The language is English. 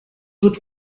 would